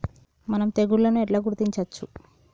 మనం తెగుళ్లను ఎట్లా గుర్తించచ్చు?